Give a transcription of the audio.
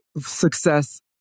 success